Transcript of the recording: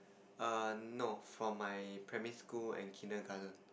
err no from my primary school and kindergarten